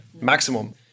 maximum